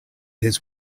his